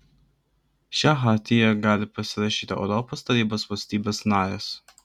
šią chartiją gali pasirašyti europos tarybos valstybės narės